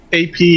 ap